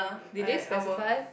did they specify